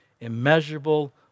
immeasurable